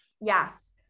Yes